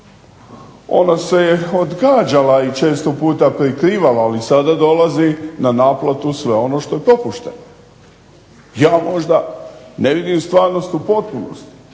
ona se je odgađala i često puta prikrivala, ali sada dolazi na naplatu sve ono što popušta. Ja možda ne vidim stvarnost u potpunosti,